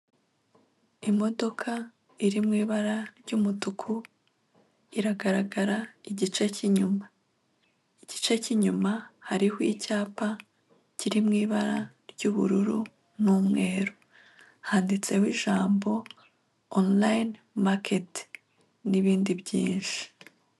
Imodoka iri mu ibara ry'umutuku iragaragara igice cy'inyuma, igice cy'inyuma hariho icyapa kiri mu ibara ry'ubururu n'umweru, handitseho ijambo online market n'ibindi byinshi.